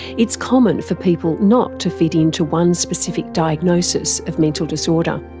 it's common for people not to fit into one specific diagnosis of mental disorder.